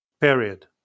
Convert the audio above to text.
period